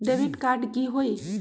Debit card की होई?